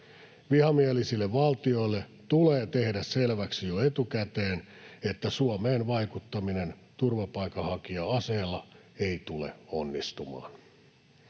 Vihamielisille valtioille tulee tehdä selväksi jo etukäteen, että Suomeen vaikuttaminen turvapaikanhakija-aseella ei tule onnistumaan.